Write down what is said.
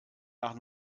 nach